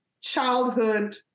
childhood